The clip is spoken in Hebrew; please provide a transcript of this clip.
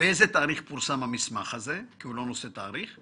באיזה תאריך פורסם המסמך הזה (כי הוא לא נושא תאריך)